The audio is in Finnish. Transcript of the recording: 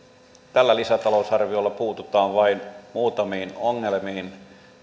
tällä lisätalousarviolla puututaan kuitenkin vain muutamiin ongelmiin